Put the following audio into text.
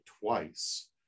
twice